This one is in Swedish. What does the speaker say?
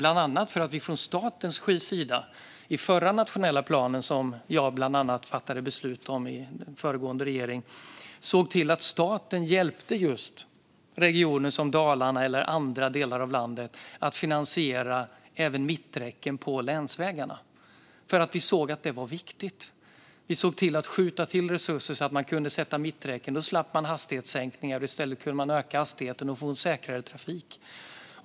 Så är det bland annat för att vi i den förra nationella planen, som jag bland annat fattade beslut om i föregående regering, såg till att staten hjälpte just regioner som Dalarna eller andra delar av landet att finansiera mitträcken på länsvägarna. Vi såg nämligen att det var viktigt. Vi sköt till resurser så att man kunde sätta upp mitträcken. Då slapp man hastighetssänkningar. I stället kunde man öka hastigheten och få en säkrare trafik.